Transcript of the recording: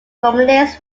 culminates